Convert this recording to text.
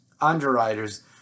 underwriters